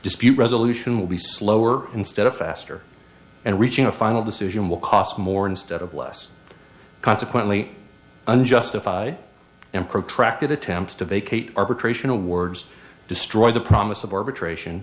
dispute resolution will be slower instead of faster and reaching a final decision will cost more instead of less consequently unjustified and protracted attempts to vacate arbitration awards destroy the promise of arbitration